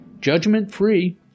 Judgment-free